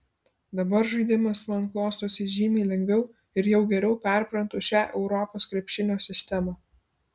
dabar žaidimas man klostosi žymiai lengviau ir jau geriau perprantu šią europos krepšinio sistemą